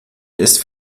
ist